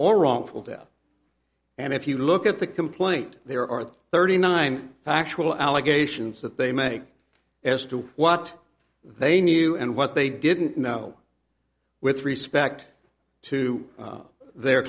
or wrongful death and if you look at the complaint there are thirty nine factual allegations that they make as to what they knew and what they didn't know with respect to their